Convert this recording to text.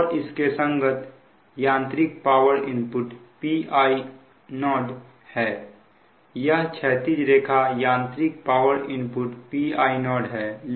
और इसके संगत यांत्रिक पावर इनपुट Pi0 है यह क्षैतिज रेखा यांत्रिक पावर इनपुट Pi0 है